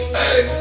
hey